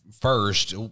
first